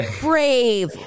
brave